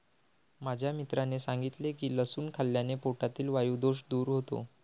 माझ्या मित्राने सांगितले की लसूण खाल्ल्याने पोटातील वायु दोष दूर होतो